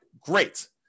great